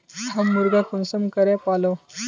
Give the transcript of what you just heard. हम मुर्गा कुंसम करे पालव?